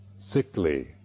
sickly